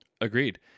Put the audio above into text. Agreed